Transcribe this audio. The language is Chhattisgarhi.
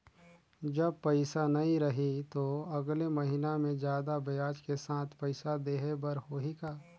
जब पइसा नहीं रही तो अगले महीना मे जादा ब्याज के साथ पइसा देहे बर होहि का?